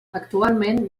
actualment